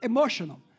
Emotional